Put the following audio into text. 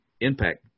impact